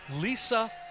Lisa